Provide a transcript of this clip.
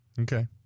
Okay